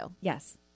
Yes